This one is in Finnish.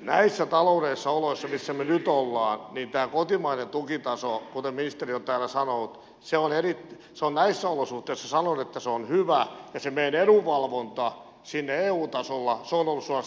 näissä taloudellisissa oloissa missä me nyt olemme tämä kotimainen tukitaso kuten ministeri on täällä sanonut on hyvä ja se meidän edunvalvonta eu tasolla on ollut suorastaan erinomainen